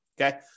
okay